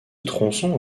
tronçon